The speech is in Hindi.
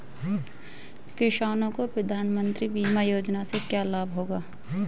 किसानों को प्रधानमंत्री बीमा योजना से क्या लाभ होगा?